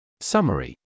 Summary